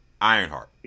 Ironheart